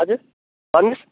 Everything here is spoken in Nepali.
हजुर भन्नुहोस्